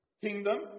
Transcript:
kingdom